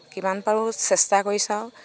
কিমান পাৰো চেষ্টা কৰি চাওঁ